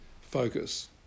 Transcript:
focus